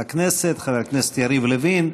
לכנסת, חבר הכנסת יריב לוין,